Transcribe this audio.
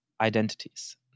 identities